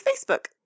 Facebook